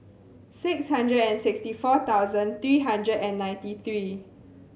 six hundred and sixty four thousand three hundred and ninety three